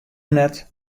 net